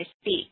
speak